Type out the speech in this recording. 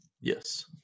Yes